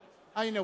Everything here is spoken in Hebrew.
מצביע אורי אריאל,